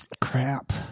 crap